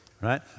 Right